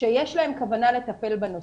שיש להם כוונה לטפל בנושא.